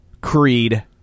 Creed